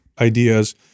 ideas